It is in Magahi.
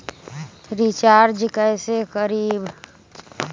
रिचाज कैसे करीब?